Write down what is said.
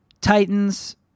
Titans